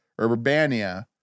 Urbania